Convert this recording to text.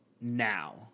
now